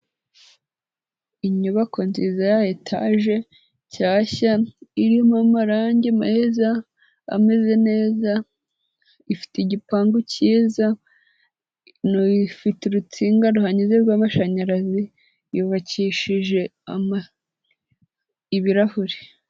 Inyubako nziza ya etaje nshyashya irimo amarangi meza ameze neza, ifite igipangu cyiza, ifite urutsinga ruhanyuze rw'amashanyarazi, yubakishije ibirahuri.